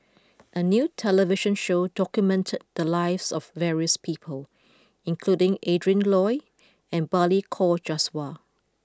a new television show documented the lives of various people including Adrin Loi and Balli Kaur Jaswal